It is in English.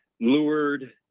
lured